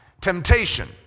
Temptation